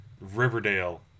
Riverdale